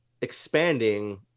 expanding